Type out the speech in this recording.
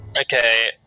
Okay